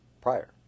prior